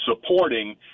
supporting